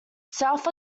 south